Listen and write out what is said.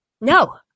No